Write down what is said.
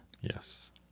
Yes